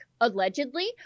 allegedly